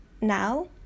now